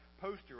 poster